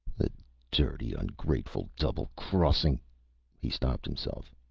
the dirty, ungrateful, double-crossing he stopped himself.